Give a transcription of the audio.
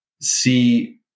see